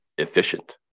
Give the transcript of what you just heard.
efficient